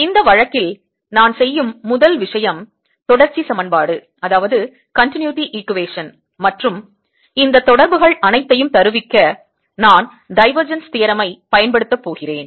இந்த வழக்கில் நான் செய்யும் முதல் விஷயம் தொடர்ச்சி சமன்பாடு மற்றும் இந்த தொடர்புகள் அனைத்தையும் தருவிக்க நான் Divergence theorem ஐப் பயன்படுத்தப் போகிறேன்